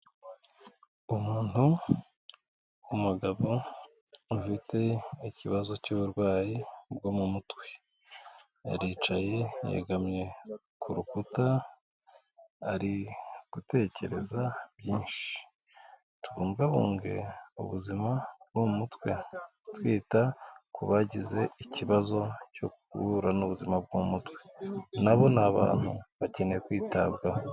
Umuntu w'umugabo ufite ikibazo cy'uburwayi bwo mu mutwe. Aricaye yegamye ku rukuta, ari gutekereza byinshi. Tubungabunge ubuzima bwo mu mutwe, twita ku bagize ikibazo cyo guhura n'ubuzima bwo mu mutwe. Na bo ni abantu. Bakeneye kwitabwaho.